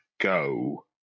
go